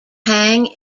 hang